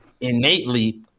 innately